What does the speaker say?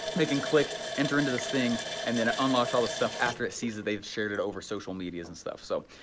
they can click enter into this thing and then it unlocks all this stuff after it sees that they've shared it over social media and stuff, so,